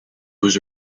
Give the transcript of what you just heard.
was